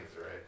right